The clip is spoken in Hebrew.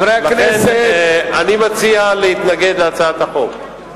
לכן, אני מציע להתנגד להצעת החוק.